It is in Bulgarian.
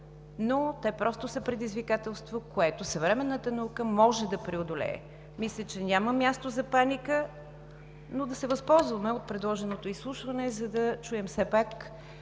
но те просто са предизвикателство, което съвременната наука може да преодолее. Мисля, че няма място за паника, но да се възползваме от предложеното изслушване, за да чуем все пак